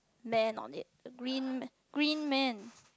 man on it the green green man